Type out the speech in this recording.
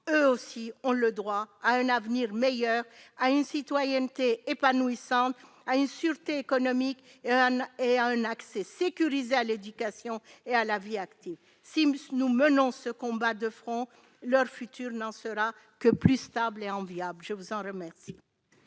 eux aussi ont le droit à un avenir meilleur, a une citoyenneté épanouissante a insulté économique et à un accès sécurisé à l'éducation et à la vie active Sims nous menons ce combat de front leur futur n'en sera que plus stable et enviable, je vous en remercie,